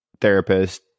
therapist